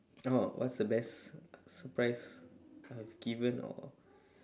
oh what's the best surprise I have given or